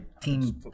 team